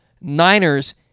Niners